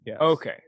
Okay